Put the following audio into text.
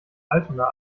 altona